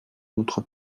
notre